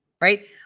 right